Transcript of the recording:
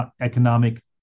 economic